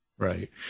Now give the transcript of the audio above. Right